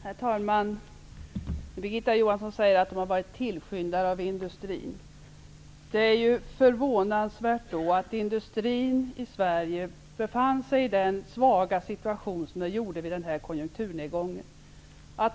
Herr talman! Birgitta Johansson sade att Socialdemokraterna har varit tillskyndare av industrin. Det är därför förvånansvärt att industrin i Sverige befann sig i det svåra läge som den gjorde vid konjunkturnedgången.